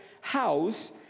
house